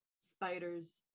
spiders